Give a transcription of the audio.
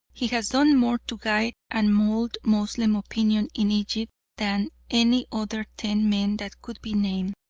he has done more to guide and mould moslem opinion in egypt than any other ten men that could be named.